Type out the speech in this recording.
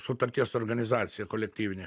sutarties organizacija kolektyvinė